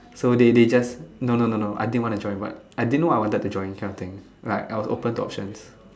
so they they just no no no I didn't want to join but I didn't know I wanted to join that kind of thing right I was open to options